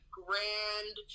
grand